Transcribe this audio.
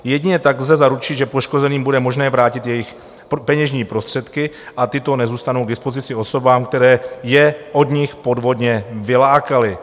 Jedině tak lze zaručit, že poškozeným bude možné vrátit jejich peněžní prostředky, a tyto nezůstanou k dispozici osobám, které je od nich podvodně vylákaly.